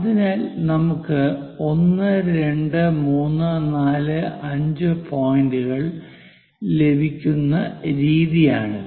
അതിനാൽ നമുക്ക് 1 2 3 4 5 പോയിന്റുകൾ ലഭിക്കുന്ന രീതിയാണിത്